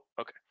okay